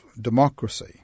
democracy